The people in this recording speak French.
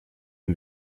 une